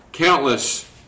Countless